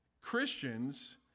Christians